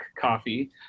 coffee